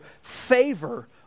favor